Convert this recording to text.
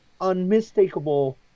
unmistakable